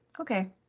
Okay